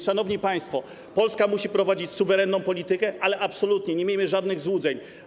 Szanowni państwo, Polska musi prowadzić suwerenną politykę, ale absolutnie nie miejmy żadnych złudzeń.